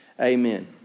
Amen